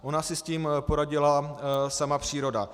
Ona si s tím poradila sama příroda.